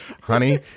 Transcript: honey